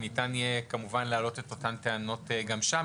ניתן יהיה להעלות את אותן הטענות גם שם.